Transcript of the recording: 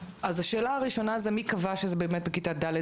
יש המון מקרי טביעה בכל שנה.